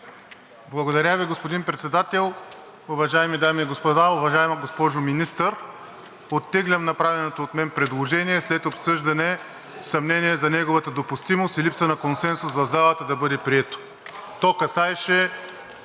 Уважаеми господин Председател, уважаеми дами и господа, уважаема госпожо Министър! Оттеглям направеното от мен предложение след обсъждане на съмнения за неговата допустимост и липса на консенсус в залата да бъде прието. То касаеше